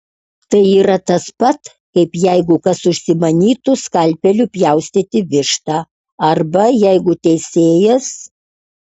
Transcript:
tai yra tas pat kaip jeigu kas užsimanytų skalpeliu pjaustyti vištą arba jeigu teisėjas